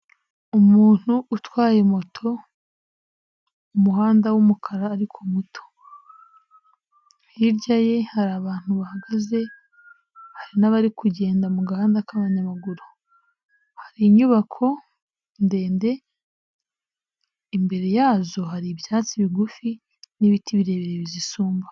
Umuntu utwaye moto umuhanda w'umukara ariko muto hirya ye hari abantu bahagaze, hari n'abari kugenda mu gahanda k'abanyamaguru, hari inyubako ndende imbere yazo hari ibyatsi bigufi n'ibiti birebire bizisumba.